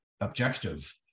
objective